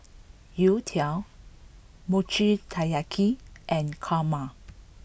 Youtiao Mochi Taiyaki and Kurma